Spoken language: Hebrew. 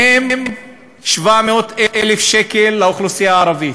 מהם 700,000 שקל לאוכלוסייה הערבית.